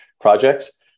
projects